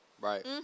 Right